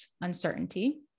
uncertainty